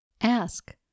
Ask